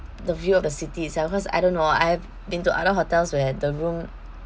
the view of the city itself cause I don't know I've been to other hotels where the room